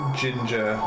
ginger